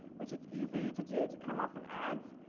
which it's easily to do to come off an ads,